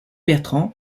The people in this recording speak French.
bertrand